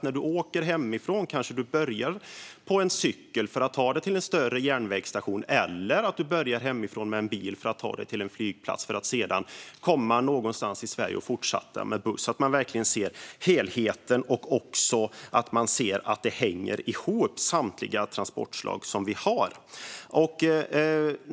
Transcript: När man åker hemifrån börjar man kanske på en cykel för att ta sig till en större järnvägsstation, eller så börjar man hemma med bilen och tar sig till en flygplats för att sedan ta sig någonstans i Sverige och därefter fortsätta med buss. Man måste se helheten och se att samtliga våra transportslag hänger ihop.